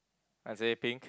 I say pink